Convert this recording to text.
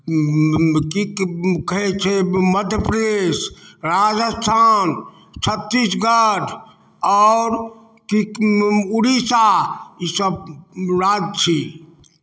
की कहैत छै मध्य प्रदेश राजस्थान छत्तीसगढ आओर की उड़ीसा ईसभ राज्य छी